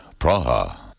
Praha